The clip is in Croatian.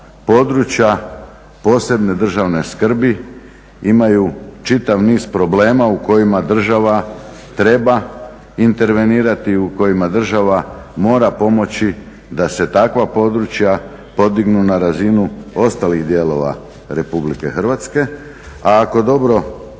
područja posebne državne skrbi imaju čitav niz problema u kojima država treba intervenirati, u kojima država mora pomoći da se takva područja podignu na razinu ostalih dijelova Republike Hrvatske. A ako dobro